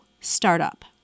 startup